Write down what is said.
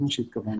לזה התכוונתי.